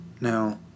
Now